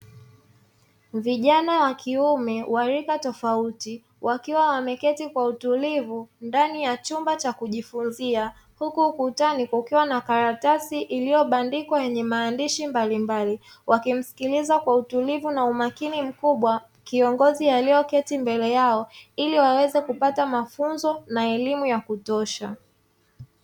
Vijana wakiume wa rika tofauti wakiwa wameketi kwa utulivu ndani ya chumba cha kujifunzia, huku ukutani kukiwa na karatasi iliyobandikwa yenye maandishi mbalimbali wakimsikiliza kwa utulivu na umakini mkubwa kiongozi aliyeketi mbele yao ili waweze kupata mafunzo na elimu ya kutosha.